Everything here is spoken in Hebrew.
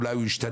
אולי הוא ישתנה,